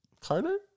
Carter